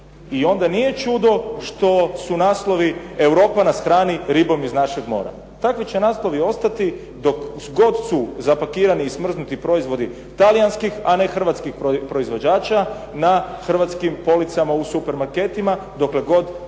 i onda nije čudo što su naslovi Europa nas hrani ribom iz našeg mora. Takvi će naslovi ostati dok god su zapakirani i smrznuti proizvodi talijanskih, a ne hrvatskih proizvođača na hrvatskim policama u supermarketima, dokle god nisu